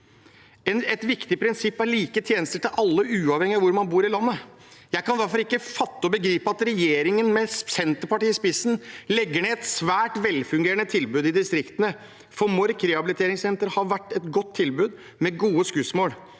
Et viktig prinsipp er like tjenester til alle uavhengig av hvor man bor i landet. Jeg kan derfor ikke fatte og begripe at regjeringen, med Senterpartiet i spissen, legger ned et svært velfungerende tilbud i distriktene, for Mork rehabiliteringssenter har vært et godt tilbud med gode skussmål.